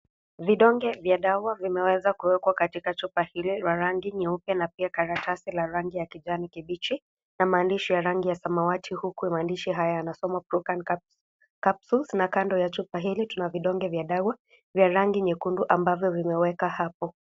Vidonge vya dawa vimeweza kuwekwa katika chupa hili la rangi nyeupe na pia karatasi la rangi ya kijan kibichi na maandishi ya rangi ya samawati huku maandishi haya yanasoma PRUCAN CAPSULES na kando ya chupa hili tuna vidonge vya dawa vya rangi nyekundi ambavyo vimewekwa hapo.